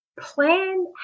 Plan